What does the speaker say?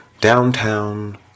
downtown